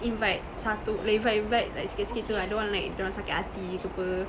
invite satu like if I invite like sikit sikit tu I don't want like dia orang sakit hati ke apa